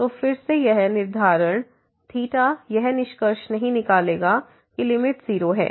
तो फिर से यह निर्धारण यह निष्कर्ष नहीं निकालेगा कि लिमिट 0 है